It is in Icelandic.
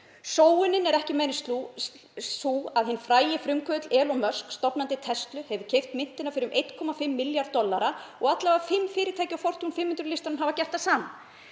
Sóunin er ekki meiri en svo að hinn frægi frumkvöðull Elon Musk, stofnandi Teslu, hefur keypt myntina fyrir um 1,5 milljarða dollara og alla vega fimm fyrirtæki á Fortune 500 listanum hafa gert það sama.